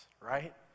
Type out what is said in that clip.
right